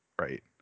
right